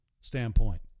standpoint